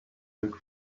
took